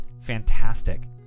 fantastic